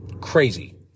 Crazy